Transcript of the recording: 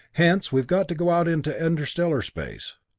hence, we've got to go out into interstellar space.